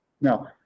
Now